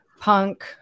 Punk